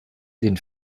den